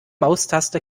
maustaste